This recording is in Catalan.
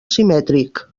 simètric